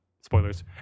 spoilers